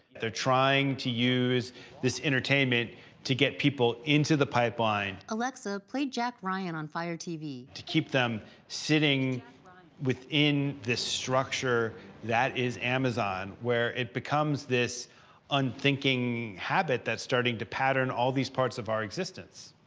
they're trying to use this entertainment to get people into the pipeline. alexa, play jack ryan on fire tv. to keep them sitting within this structure that is amazon, where it becomes this unthinking habit that's starting to pattern all these parts of our existence.